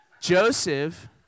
Joseph